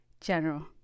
General